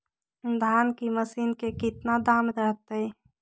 धान की मशीन के कितना दाम रहतय?